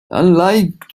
unlike